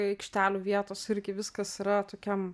aikštelių vietos irgi viskas yra tokiam